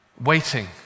Waiting